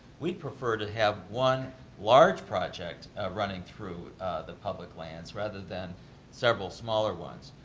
we prefer to have one large project running through the public lands rather than several smaller ones.